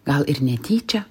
gal ir netyčia